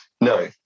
No